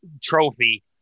trophy